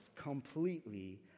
completely